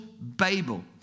Babel